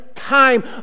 Time